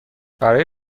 برای